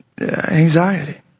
anxiety